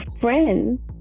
friends